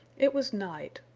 it was night.